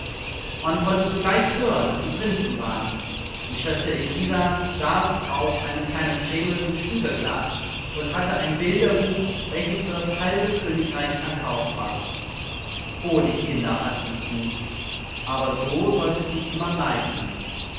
man konnte sogleich hören daß sie prinzen waren die schwester elisa saß auf einem kleinen schemel von spiegelglas und hatte ein bilderbuch welches für das halbe königreich erkauft war o die kinder hatten es gut aber so sollte es nicht immer bleiben